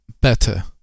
better